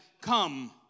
come